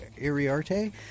Ariarte